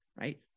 right